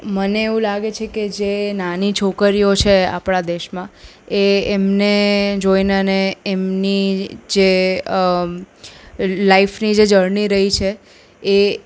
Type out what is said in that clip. મને એવું લાગે છે કે જે નાની છોકરીઓ છે આપણા દેશમાં એ એમને જોઈને અને એમની જે લાઈફની જે જર્ની રહી છે એ